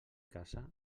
casa